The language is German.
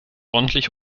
ordentlich